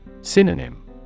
Synonym